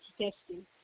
testing